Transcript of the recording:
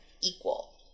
equal